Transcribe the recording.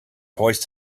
hoist